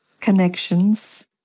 connections